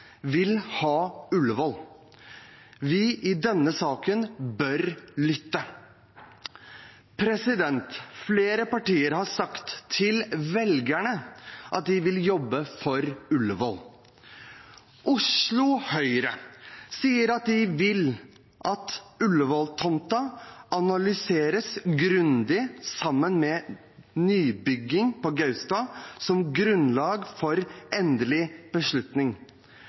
vil ha Ullevål. Vi i denne salen bør lytte. Flere partier har sagt til velgerne at de vil jobbe for Ullevål. Oslo Høyre sier at de vil at Ullevål-tomten analyseres grundig sammen med nybygging på Gaustad som grunnlag for en endelig beslutning.